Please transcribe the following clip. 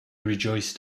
rejoiced